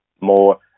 more